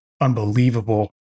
unbelievable